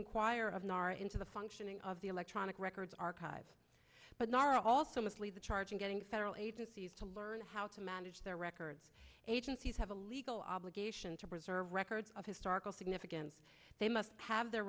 inquire of nahr into the functioning of the electronic records archives but nor also mostly the charge in getting federal agencies to learn how to manage their records agencies have a legal obligation to preserve records of historical significance they must have their